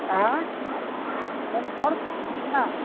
ایں کنفرم